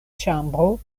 ĉambro